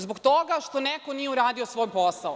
Zbog toga što neko nije uradio svoj posao.